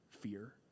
fear